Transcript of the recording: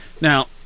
Now